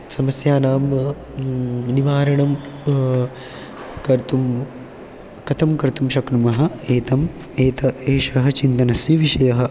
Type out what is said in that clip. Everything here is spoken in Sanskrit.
समस्यानां निवारणं कर्तुं कथं कर्तुं शक्नुमः एतम् एतम् एषः चिन्तनस्य विषयः